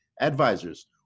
advisors